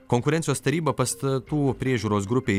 konkurencijos taryba pastatų priežiūros grupei